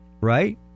right